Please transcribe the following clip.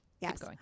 Yes